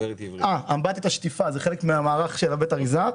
אמבטיית השטיפה היא חלק מהמערך של בית האריזה,